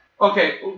Okay